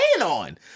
on